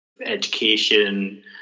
education